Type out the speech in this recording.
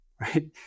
right